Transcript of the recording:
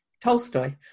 Tolstoy